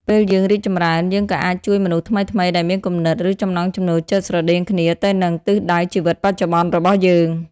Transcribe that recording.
ពេលយើងរីកចម្រើន យើងក៏អាចជួបមនុស្សថ្មីៗដែលមានគំនិត ឬចំណង់ចំណូលចិត្តស្រដៀងគ្នាទៅនឹងទិសដៅជីវិតបច្ចុប្បន្នរបស់យើង។